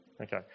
Okay